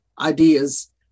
ideas